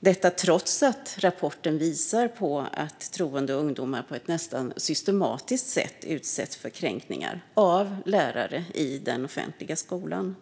detta trots att rapporten visar på att troende ungdomar på ett nästan systematiskt sätt utsätts för kränkningar av lärare i den offentliga skolan.